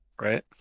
right